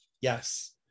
Yes